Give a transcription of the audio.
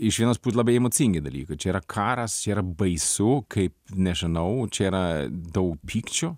iš vienos put labai emocingi dalykai čia yra karas čia yra baisu kaip nežinau čia yra daug pykčio